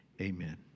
Amen